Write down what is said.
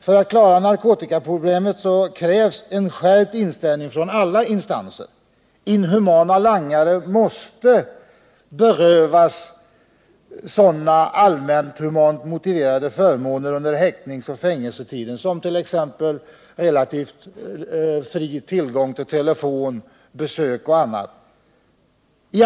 För att klara problemet krävs en skärpt inställning från samtliga instanser. Inhumana langare måste berövas sådana allmänhumant motiverade förmåner under häktningsoch fängelsetiden som relativt fri tillgång till telefon, besöksrätt och annat.